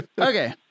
Okay